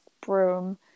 Broom